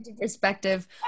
perspective